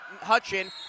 Hutchin